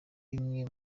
bimwe